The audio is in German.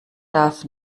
darf